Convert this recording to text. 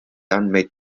andmeid